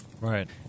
right